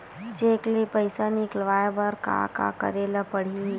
Cheque ले पईसा निकलवाय बर का का करे ल पड़हि?